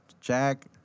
Jack